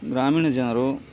ಗ್ರಾಮೀಣ ಜನರು